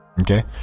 Okay